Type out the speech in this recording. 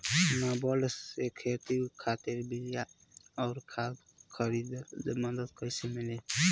नाबार्ड से खेती खातिर बीया आउर खाद खातिर मदद कइसे मिली?